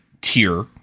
tier